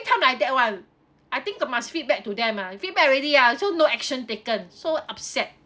time like that one I think the must feedback to them ah I feedback already ah so no action taken so upset